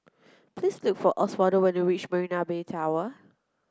please look for Oswaldo when you reach Marina Bay Tower